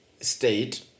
state